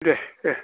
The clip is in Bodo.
दे दे